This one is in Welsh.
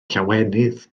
llawenydd